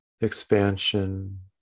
expansion